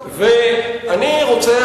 ואני רוצה,